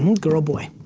and girl, boy.